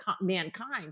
mankind